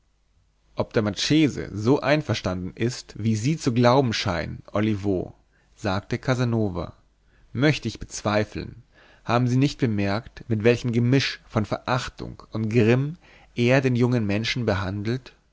ob der marchese so einverstanden ist wie sie zu glauben scheinen olivo sagte casanova möchte ich bezweifeln haben sie nicht bemerkt mit welchem gemisch von verachtung und grimm er den jungen menschen behandelt